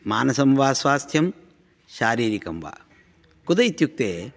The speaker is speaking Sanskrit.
मानसं वा स्वास्थ्यं शारीरिकं वा कुत इत्युक्ते